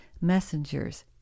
messengers